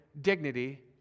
dignity